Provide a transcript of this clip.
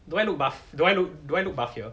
do I look buff do I look do I look buff here